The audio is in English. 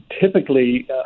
typically